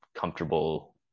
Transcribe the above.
comfortable